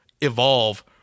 evolve